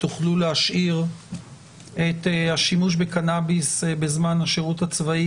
תוכלו להשאיר את השימוש בקנאביס בזמן השירות הצבאי